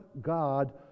God